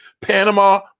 Panama